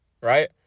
right